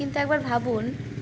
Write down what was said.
কিন্তু একবার ভাবুন